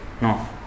No